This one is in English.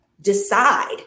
decide